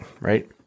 right